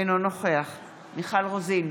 אינו נוכח מיכל רוזין,